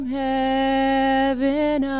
heaven